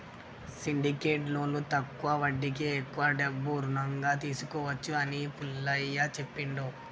syndicate లోన్లో తక్కువ వడ్డీకే ఎక్కువ డబ్బు రుణంగా తీసుకోవచ్చు అని పుల్లయ్య చెప్పిండు